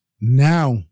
Now